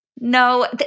No